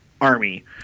army